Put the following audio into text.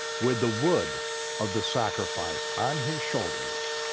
with the wood of the sacrifice on his shoulders,